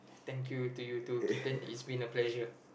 thank you to you to Keaten it's been a pleasure